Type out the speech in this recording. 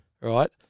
Right